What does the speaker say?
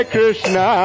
Krishna